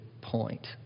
point